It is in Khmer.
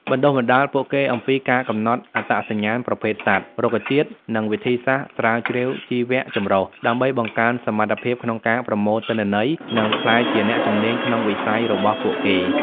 បណ្តុះបណ្តាលពួកគេអំពីការកំណត់អត្តសញ្ញាណប្រភេទសត្វ រុក្ខជាតិ និងវិធីសាស្រ្តស្រាវជ្រាវជីវៈចម្រុះ ដើម្បីបង្កើនសមត្ថភាពក្នុងការប្រមូលទិន្នន័យ និងក្លាយជាអ្នកជំនាញក្នុងវិស័យរបស់ពួកគេ។